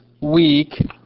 week